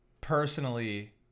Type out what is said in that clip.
personally